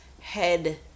head